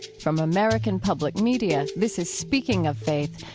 from american public media, this is speaking of faith,